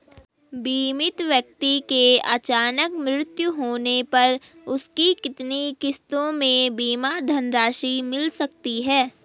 बीमित व्यक्ति के अचानक मृत्यु होने पर उसकी कितनी किश्तों में बीमा धनराशि मिल सकती है?